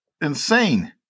insane